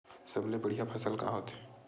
सबले बढ़िया फसल का होथे?